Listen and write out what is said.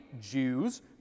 Jews